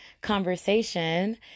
conversation